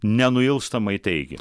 nenuilstamai teikia